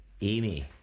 Amy